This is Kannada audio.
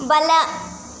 ಬಲ